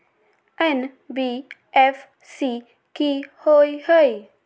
NBFC कि होअ हई?